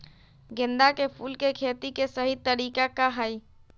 गेंदा के फूल के खेती के सही तरीका का हाई?